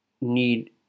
need